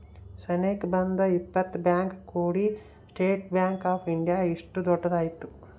ಸನೇಕ ಒಂದ್ ಇಪ್ಪತ್ ಬ್ಯಾಂಕ್ ಕೂಡಿ ಸ್ಟೇಟ್ ಬ್ಯಾಂಕ್ ಆಫ್ ಇಂಡಿಯಾ ಇಷ್ಟು ದೊಡ್ಡದ ಆಯ್ತು